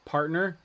Partner